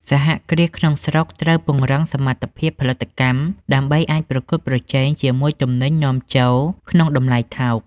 សហគ្រាសក្នុងស្រុកត្រូវពង្រឹងសមត្ថភាពផលិតកម្ម ដើម្បីអាចប្រកួតប្រជែងជាមួយទំនិញនាំចូលក្នុងតម្លៃថោក។